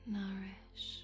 nourish